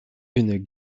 une